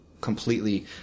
completely